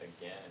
again